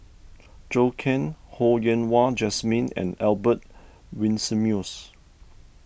Zhou Can Ho Yen Wah Jesmine and Albert Winsemius